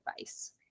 advice